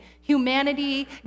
Humanity